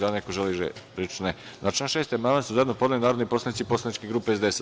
Da li neko želi reč? (Ne.) Na član 6. amandman su zajedno podneli narodni poslanici poslaničke grupe SDS.